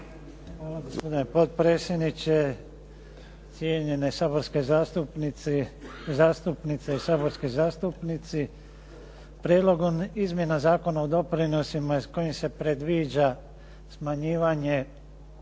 Hvala gospodine potpredsjedniče, cijenjene saborske zastupnice i saborski zastupnici. Prijedlogom izmjena Zakona o doprinosima s kojim se predviđa smanjivanje